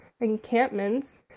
encampments